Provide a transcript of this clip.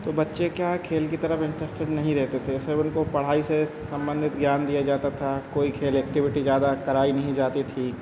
तो बच्चे क्या है खेल की तरह इंट्रस्टेड नहीं रहते थे सिर्फ उनको पढ़ाई से संबंधित ज्ञान दिया जाता था कोई खेल ऐक्टिविटी ज़्यादा कराई नहीं जाती थी